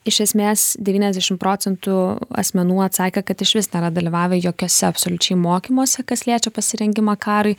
iš esmės devyniasdešim procentų asmenų atsakė kad išvis nėra dalyvavę jokiuose absoliučiai mokymuose kas liečia pasirengimą karui